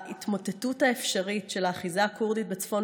ההתמוטטות האפשרית של האחיזה הכורדית בצפון